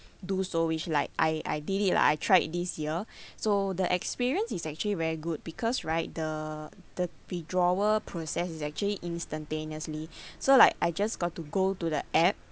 do so which like I I did it like I tried this year so the experience is actually very good because right the the withdrawal process is actually instantaneously so like I just got to go to the app